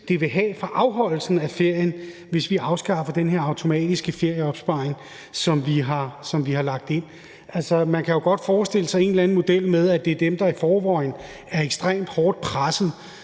det vil have for afholdelsen af ferien, hvis vi afskaffer den her automatiske ferieopsparing, som vi har lagt ind. Man kan jo godt forestille sig et eller andet scenarie, hvor det er dem, der i forvejen er ekstremt hårdt presset,